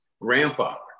grandfather